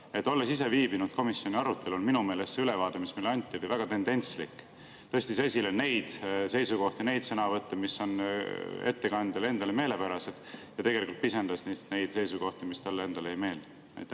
et olles ise viibinud komisjoni arutelul, oli minu meelest see ülevaade, mis meile anti, väga tendentslik: tõstis esile neid seisukohti ja sõnavõtte, mis on ettekandjale endale meelepärased, ja tegelikult pisendas neid seisukohti, mis talle endale ei meeldi. Aitäh!